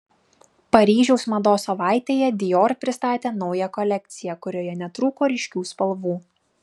paryžiaus mados savaitėje dior pristatė naują kolekciją kurioje netrūko ryškių spalvų